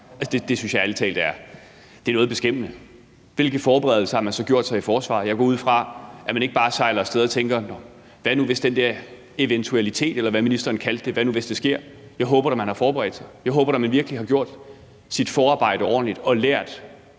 Det synes jeg ærlig talt er noget beskæmmende. Hvilke forberedelser har man så gjort sig i Forsvaret? Jeg går ud fra, at man ikke bare sejler af sted og tænker: Hvad nu, hvis den eventualitet, eller hvad ministeren kaldte det, sker? Jeg håber da, man har forberedt sig. Jeg håber da, man virkelig har gjort sit forarbejde ordentligt og lært